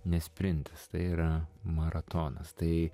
ne sprintas tai yra maratonas tai